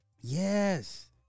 Yes